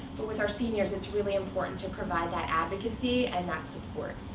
but with our seniors, it's really important to provide that advocacy and that support.